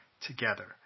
together